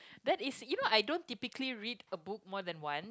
that is you know I don't typically read a book more than one